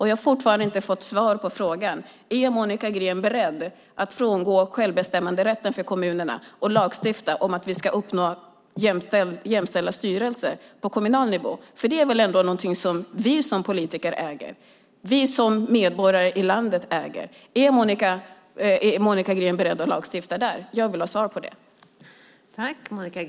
Jag har fortfarande inte fått svar på frågan: Är Monica Green beredd att frångå självbestämmanderätten för kommunerna och lagstifta om att vi ska uppnå jämställda styrelser på kommunal nivå? Det är väl ändå någonting som vi som politiker äger, som vi som medborgare i landet äger? Är Monica Green beredd att lagstifta där? Jag vill ha svar på den frågan.